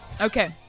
Okay